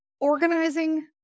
Organizing